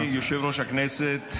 אדוני יושב-ראש הישיבה,